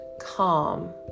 calm